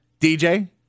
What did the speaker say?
DJ